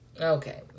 Okay